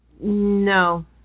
No